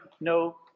no